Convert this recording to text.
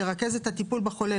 לרכז את הטיפול בחולה,